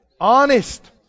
Honest